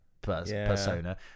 persona